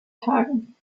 tagen